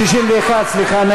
סליחה,